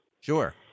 Sure